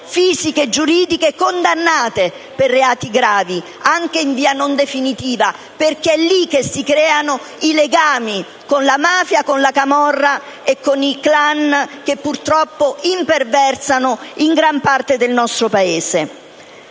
fisiche e giuridiche condannate per reati gravi, anche in via non definitiva, perché è lì che si creano i legami con la mafia, con la camorra e con i *clan* che purtroppo imperversano in gran parte del nostro Paese.